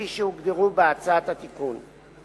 כפי שהוגדרו בהצעת התיקון.